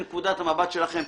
מנקודת המבט שלכם,